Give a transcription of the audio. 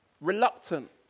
reluctant